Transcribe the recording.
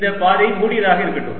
இந்த பாதை மூடியதாக இருக்கட்டும்